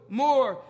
more